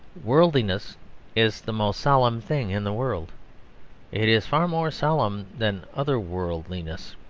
worldliness is the most solemn thing in the world it is far more solemn than other-worldliness.